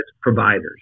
providers